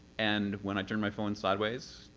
and when i turn my phone sideways,